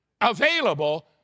available